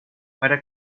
para